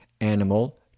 animal